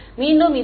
மீண்டும் இது என்